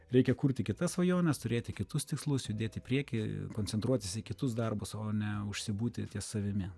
reikia kurti kitas svajones turėti kitus tikslus judėti į priekį koncentruotis į kitus darbus o ne užsibūti ties savimi